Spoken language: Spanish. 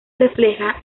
refleja